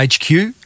HQ